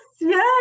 yes